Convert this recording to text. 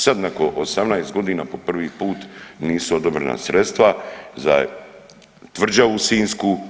Sad nakon 18 godina po prvi put nisu odobrena sredstva za tvrđavu sinjsku.